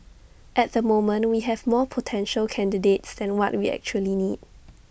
at the moment we have more potential candidates than what we actually need